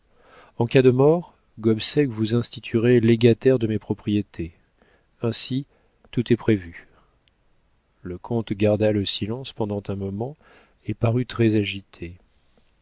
en cas de mort gobseck vous instituerait légataire de mes propriétés ainsi tout est prévu le comte garda le silence pendant un moment et parut très agité